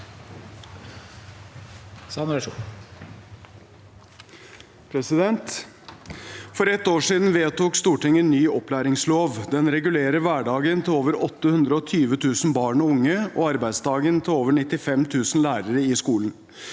For et år siden ved- tok Stortinget ny opplæringslov. Den regulerer hverdagen til over 820 000 barn og unge og arbeidsdagen til over 95 000 lærere i skolen.